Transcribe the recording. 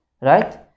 Right